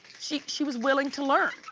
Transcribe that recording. she she was willing to learn.